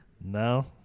no